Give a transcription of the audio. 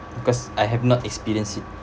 because I have not experienced it